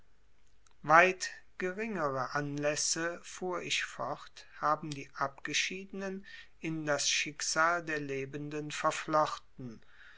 weit geringere anlässe fuhr ich fort haben die abgeschiedenen in das schicksal der lebenden verflochten